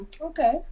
okay